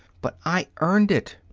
but i earned it.